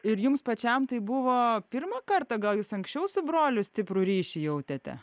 ir jums pačiam tai buvo pirmą kartą gal jūs anksčiau su broliu stiprų ryšį jautėte